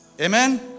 Amen